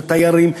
בתיירים,